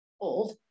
old